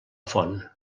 font